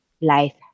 life